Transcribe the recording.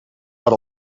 per